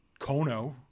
Kono